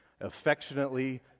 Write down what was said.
Affectionately